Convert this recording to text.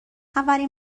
اولین